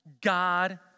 God